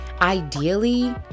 Ideally